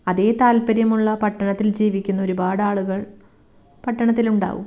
അതേ താൽപ്പര്യമുള്ള പട്ടണത്തിൽ ജീവിക്കുന്ന ഒരുപാടാളുകൾ പട്ടണത്തിലുണ്ടാവും